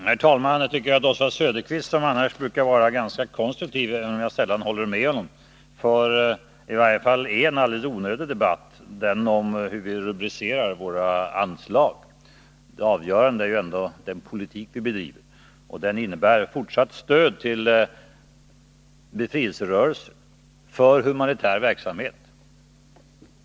Herr talman! Jag tycker att Oswald Söderqvist, som annars brukar vara ganska konstruktiv — även om jag sällan håller med honom =— för i varje fall en alldeles onödig debatt, nämligen den om hur vi rubricerar våra anslag. Det avgörande är ju ändå den politik vi bedriver, och den innebär fortsatt stöd till befrielserörelser för humanitär verksamhet.